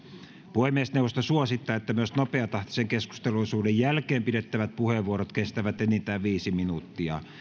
puhemiesneuvosto suosittaa että myös nopeatahtisen keskusteluosuuden jälkeen pidettävät puheenvuorot kestävät enintään viisi minuuttia